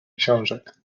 książek